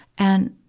and,